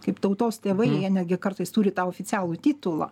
kaip tautos tėvai jie netgi kartais turi tą oficialų titulą